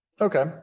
okay